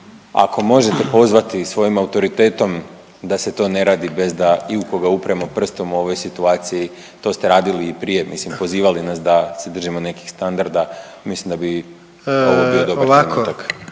ako možete pozvati svojim autoritetom da se to ne radi bez da i u koga upremo prstom u ovoj situaciji to ste radili i prije mislim pozivali nas da se držimo nekih standarda, mislim da bi ovo bio dobar trenutak.